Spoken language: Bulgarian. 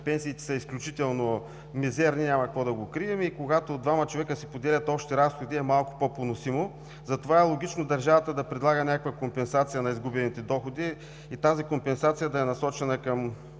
пенсиите са изключително мизерни – няма какво да го крием, и когато двама човека си поделят общите разходи, е малко по-поносимо. Затова е логично държавата да предлага някаква компенсация на изгубените доходи и тя да е насочена към